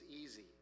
easy